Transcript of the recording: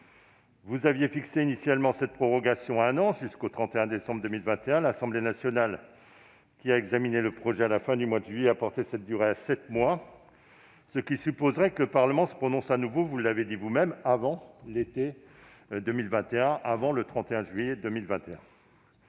Vous aviez initialement prévu une prorogation d'un an jusqu'au 31 décembre 2021. L'Assemblée nationale, qui a examiné le projet de loi à la fin du mois de juillet, a porté cette durée à sept mois, ce qui supposerait que le Parlement se prononce de nouveau avant l'été 2021, avant le 31 juillet 2021